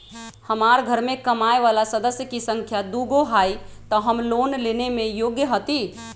हमार घर मैं कमाए वाला सदस्य की संख्या दुगो हाई त हम लोन लेने में योग्य हती?